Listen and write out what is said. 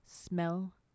smell